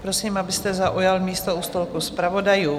Prosím, abyste zaujal místo u stolku zpravodajů.